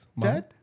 Dad